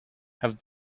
have